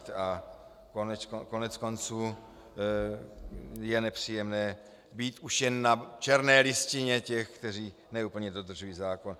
A koneckonců je nepříjemné být už jen na černé listině těch, kteří ne úplně dodržují zákon.